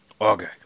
Okay